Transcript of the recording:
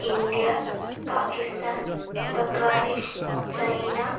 India Pakistan Bangladesh China